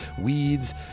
weeds